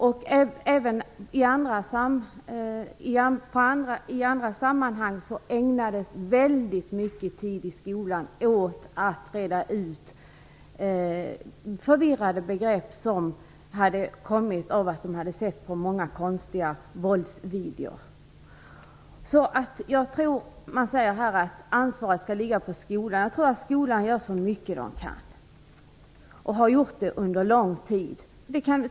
Även i andra sammanhang ägnas det väldigt mycket tid i skolan åt att reda ut förvirrade begrepp som kommit av att eleverna hade sett på många konstiga våldsvideofilmer. Man säger här att ansvaret skall ligga på skolan. Jag tror att skolan gör så mycket den kan och har gjort det under lång tid.